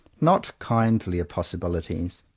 not kindlier possibilities,